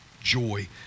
joy